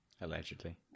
Allegedly